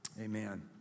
Amen